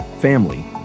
family